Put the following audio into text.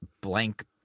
blank